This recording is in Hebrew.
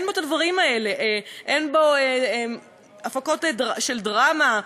אין בו הדברים האלה, אין בו הפקות של דרמה,